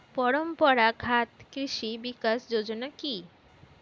পরম্পরা ঘাত কৃষি বিকাশ যোজনা কি?